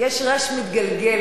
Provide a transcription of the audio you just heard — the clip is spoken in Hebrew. יש רי"ש מתגלגלת.